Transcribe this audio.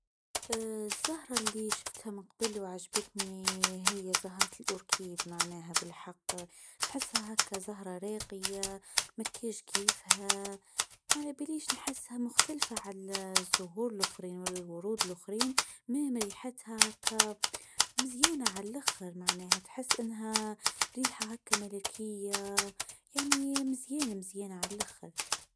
الزهره إللي شفتها من قبل وعجبتني هي زهرة الاوركيد معناها بالحق بحسها هكا زهره راقيه مكيج كيفها ما على بليش نحسها مختلفه على الزهور الاخرين والورود الاخرين مامريحتها مزيانه على الاخر معناها تحس انها ريحه هكا ملكيه يعني مزيان مزيانه على الاخر.